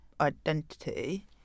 identity